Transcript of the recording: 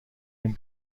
این